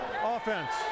offense